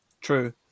True